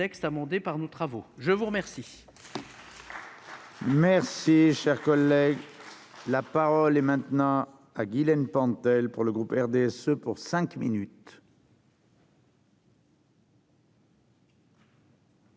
je vous remercie